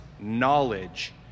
knowledge